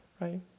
Right